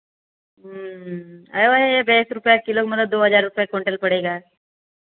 ऐसे दस रुपये किलो मतलब दो हज़ार रुपये कुंटल पड़ेगा